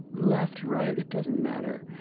left, right, it doesn't matter.